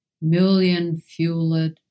Million-fueled